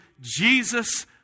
Jesus